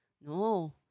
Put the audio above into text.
No